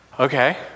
Okay